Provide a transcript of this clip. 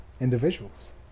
individuals